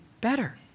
better